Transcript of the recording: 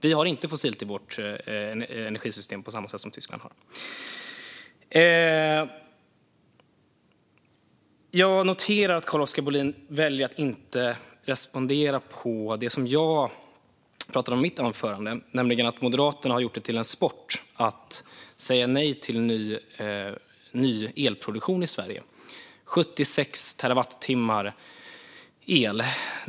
Vi har inte fossilt i vårt energisystem på samma sätt som Tyskland har. Jag noterar att Carl-Oskar Bohlin väljer att inte respondera på det som jag pratade om i mitt anförande. Moderaterna har gjort det till en sport att säga nej till ny elproduktion i Sverige. Det handlar om 76 terawattimmar el.